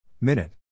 Minute